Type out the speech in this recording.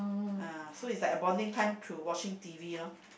uh so is like a bonding time to watching T_V loh